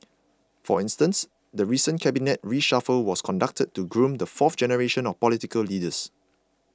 for instance the recent cabinet reshuffle was conducted to groom the fourth generation of political leaders